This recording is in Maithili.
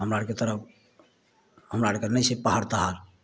हमरा आओरके तरफ हमरा आओरके नहि छै पहाड़ तहाड़